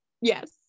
Yes